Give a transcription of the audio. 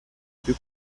più